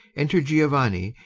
enter giovanni,